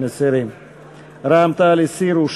רזרבה להתייקרויות,